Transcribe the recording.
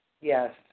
Yes